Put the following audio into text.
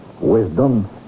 wisdom